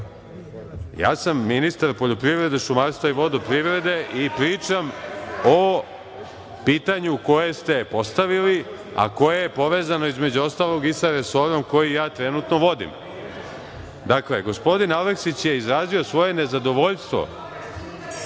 sam ministar poljoprivrede, šumarstva i vodoprivrede i pričam o pitanju koje ste postavili, a koje je povezano, između ostalog, i sa resorom koji trenutno vodim. Dakle, gospodin Aleksić je izrazio svoje nezadovoljstvo